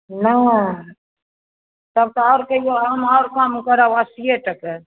नहि तब तऽ आओर कमि हम आओर कम करब अस्सीए टके